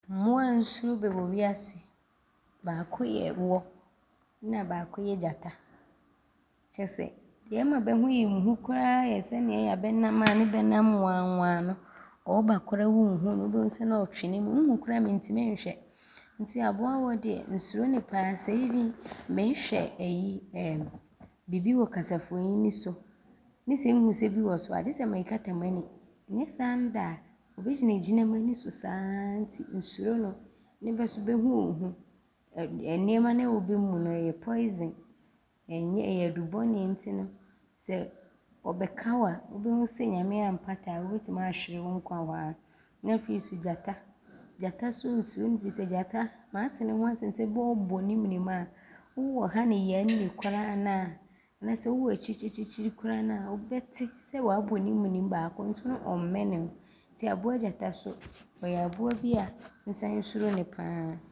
Mmoa a nsuro bɛ wiase, baako yɛ wɔ ne baako yɛ gyata. Kyerɛ sɛ deɛ ɔma bɛ ho yɛ nhu koraa yɛ sɛdeɛ ɔyɛ a bɛnam a ne bɛnam waawaa no. Ɔɔba koraa a wonhu no. Wobɛhu sɛ ne ɔɔtwe ne mu. Nhu koraa mentim nhwɛ nti aboa wɔ deɛ, nsuro ne pa ara. Sɛ mpo meehwɛ ayi errm kasafonyini so ne sɛ nhu sɛ bi wɔ so a, gye sɛ meekata m’ani nyɛ saa nda a, ɔbɛgyinagyina m’ani so saa nti nsuro no ne bɛ so bɛ ho ɔɔhu. Nnoɔma na a ɔwɔ bɛ mu no, ɔyɛ awuduro. Ɔnyɛ. Ɔyɛ adubɔne. Sɛ ɔbɛka wo a, wobɛhu sɛ Nyame ampata a wobɛtim aahwere wo nkwa hɔ a ne afei so gyata. Gyata so nsuro no firi sɛ, gyata maate ne ho asɛm sɛ, bɛɛ ɔbɔ ne menem a, wowɔ ha ne yanne koraa na anaasɛ wowɔ akyirikyirikyiri koraa na a, wobɛte sɛ waabɔ ne menem baako so ne ɔɔmɛnee wo nti aboa gyata so deɛ, ɔyɛ aboa bi a, nsane suro ne pa ara.